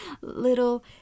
little